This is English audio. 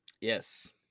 yes